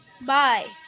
Bye